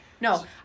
No